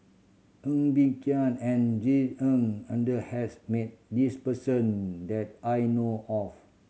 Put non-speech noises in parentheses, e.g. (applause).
Ng Bee Kia and (unintelligible) Ng Uhde has met this person that I know of